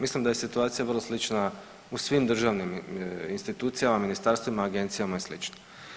Mislim da je situacija vrlo slična u svim državnim institucijama, ministarstvima, agencijama i sl.